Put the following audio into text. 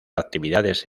actividades